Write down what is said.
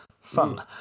Fun